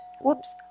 whoops